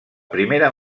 primera